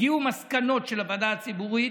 הגיעו מסקנות של הוועדה הציבורית,